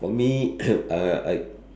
for me uh I